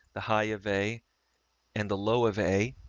the high of a and the low of a,